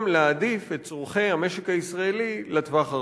להעדיף את צורכי המשק הישראלי לטווח הרחוק?